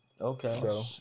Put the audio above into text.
Okay